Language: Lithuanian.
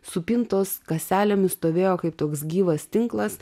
supintos kaselėmis stovėjo kaip toks gyvas tinklas